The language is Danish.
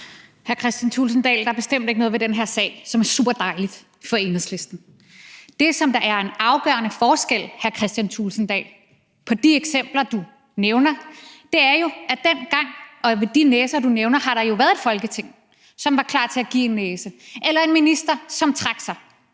Hr. Kristian Thulesen Dahl, der er bestemt ikke noget ved den her sag, som er superdejligt for Enhedslisten. Det, som er en afgørende forskel, hr. Kristian Thulesen Dahl, i forhold til de eksempler og de næser, du nævner, er, at dengang har der jo været et Folketing, som var klar til at give en næse, eller en minister, som trak sig.